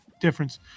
difference